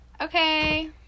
Okay